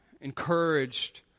encouraged